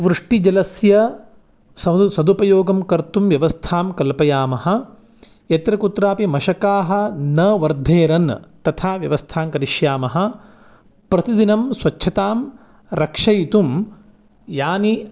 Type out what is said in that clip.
वृष्टिजलस्य सव्दु सदुपयोगं कर्तुं व्यवस्थां कल्पयामः यत्र कुत्रापि मषकाः न वर्धेरन् तथा व्यवस्थां करिष्यामः प्रतिदिनं स्वच्छतां रक्षयितुं याः